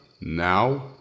Now